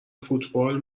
فوتبال